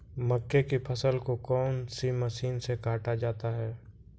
मक्के की फसल को कौन सी मशीन से काटा जाता है?